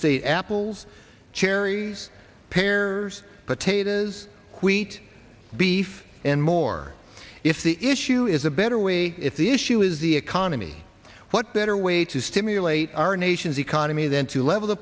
state apples cherry pears potatoes quiett beef and more if the issue is a better way if the issue is the economy what better way to stimulate our nation's economy than to level the